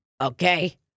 Okay